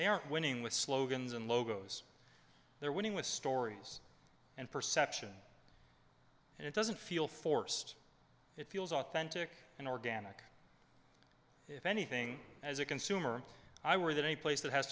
aren't winning with slogans and logos they're winning with stories and perception and it doesn't feel forced it feels authentic and organic if anything as a consumer i worry that a place that has